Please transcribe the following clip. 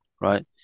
right